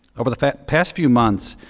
over the past few months,